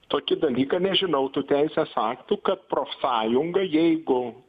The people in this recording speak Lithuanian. tokį dalyką nežinau tų teisės aktų kad profsąjunga jeigu